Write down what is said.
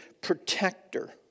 protector